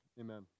amen